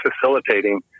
facilitating